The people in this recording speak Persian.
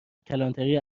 کلانتری